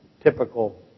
typical